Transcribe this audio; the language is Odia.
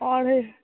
ଅଢ଼େଇଶହ